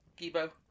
Gibo